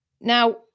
Now